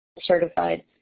certified